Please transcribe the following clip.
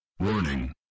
Warning